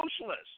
socialist